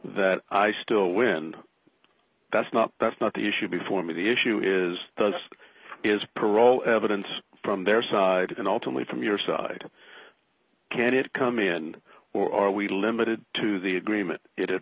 that i still win that's not that's not the issue before me the issue is does is parole evidence from their side and ultimately from your side can it come in or are we limited to the agreement it